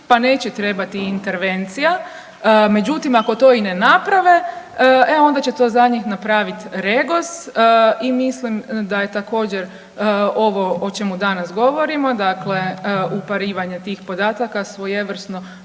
pa neće trebati intervencija, međutim, ako to i ne naprave, e onda će to za njih napraviti REGOS i mislim da je također, ovo o čemu danas govorimo, dakle uparivanje tih podataka svojevrsno